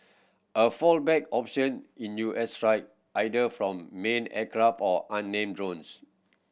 a fallback option is U S strike either from manned aircraft or unmanned drones